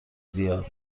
زیاد